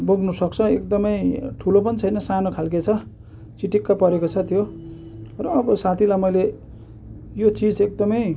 बोक्नु सक्छ एकदमै ठुलो पनि छैन सानो खालके छ चिटिक्क परेको छ त्यो र अब साथीलाई मैले यो चिज एकदमै